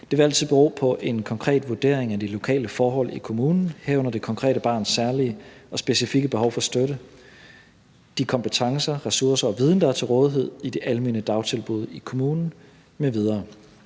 Det vil altid bero på en konkret vurdering af de lokale forhold i kommunen, herunder det konkrete barns særlige og specifikke behov for støtte, og de kompetencer, ressourcer og den viden, der er til rådighed i det almene dagtilbud i kommunen m.v.